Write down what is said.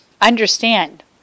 understand